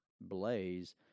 blaze